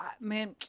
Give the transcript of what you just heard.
man